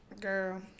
girl